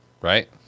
right